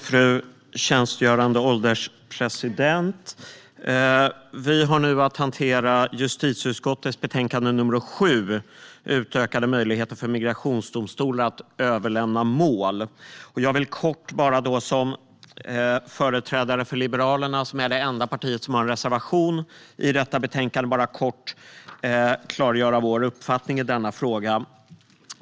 Fru ålderspresident! Vi ska nu hantera justitieutskottets betänkande 7 Utökade möjligheter för migrationsdomstolar att överlämna mål . Som företrädare för Liberalerna, som är det enda parti som har en reservation i betänkandet, vill jag kort klargöra vår uppfattning i frågan.